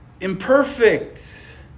imperfect